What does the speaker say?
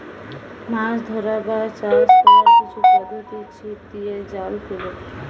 মাছ ধরার বা চাষ কোরার কিছু পদ্ধোতি ছিপ দিয়ে, জাল ফেলে